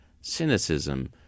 cynicism